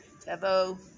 Tavo